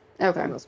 Okay